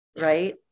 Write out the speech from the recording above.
right